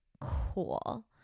cool